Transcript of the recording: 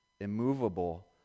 immovable